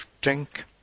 drink